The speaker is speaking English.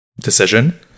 decision